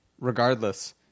regardless